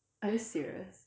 are you serious